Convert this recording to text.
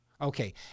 Okay